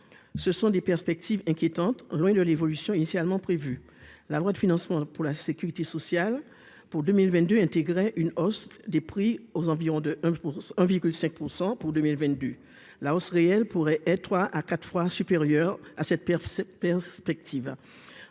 ce sont des perspectives inquiétantes, loin de l'évolution initialement prévu la loi de financement pour la sécurité sociale pour 2022 intégré une hausse des prix aux environs de 1 un véhicule 5 % pour 2000 vendus la hausse réelle pourrait être 3 à 4 fois supérieure à 7 perf cette perspective